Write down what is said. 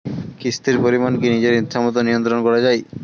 কিস্তির পরিমাণ কি নিজের ইচ্ছামত নিয়ন্ত্রণ করা যায়?